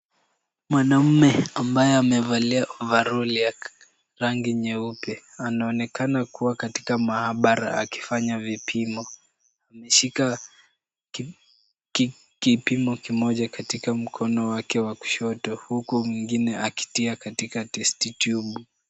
Mwanamme ambaye amevalia ovaroli ya rangi nyeupe, anaonekana kuwa katika maabara akifanya vipimo. Ameshika kipimo kimoja katika mkono wake wa kushoto huku nyingine akitia kwenye test tube .